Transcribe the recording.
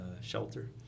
shelter